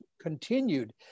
continued